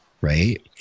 Right